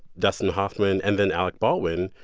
dustin hoffman, and then alec baldwin,